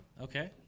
Okay